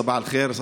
סבאח אל-ח'יר,